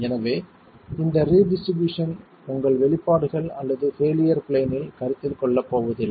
எனவே இந்த ரிடிஸ்ட்ரிபியூஷன் உங்கள் வெளிப்பாடுகள் அல்லது பெயிலியர் பிளேன்னில் கருத்தில் கொள்ள போவதில்லை